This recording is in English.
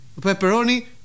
pepperoni